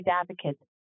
advocates